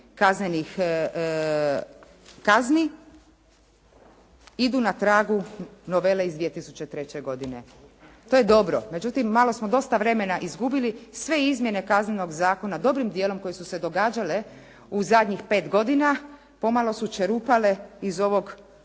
kaznenih kazni, idu na tragu novele iz 2003. godine. to je dobro. Međutim, malo smo dosta vremena izgubili. Sve izmjene Kaznenog zakona dobrim djelom koji su se događale u zadnjih 5 godina, pomalo su čerupale iz ove